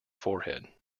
forehead